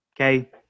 Okay